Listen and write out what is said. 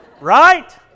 Right